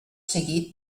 seguit